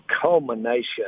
culmination